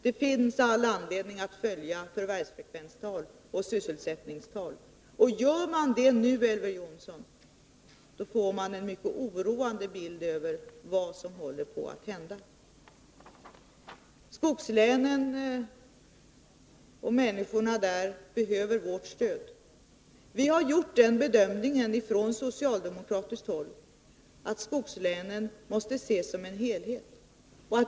Det finns all anledning att observera förvärvsfrekvenstal och sysselsättningstal. Gör man det nu, Elver Jonsson, får man en mycket oroande bild om vad som håller på att hända. Skogslänen och människorna där behöver vårt stöd. Vi har gjort den bedömningen från socialdemokratiskt håll att skogslänen måste ses som en helhet.